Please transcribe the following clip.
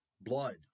blood